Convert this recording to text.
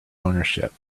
ownership